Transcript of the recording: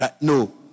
No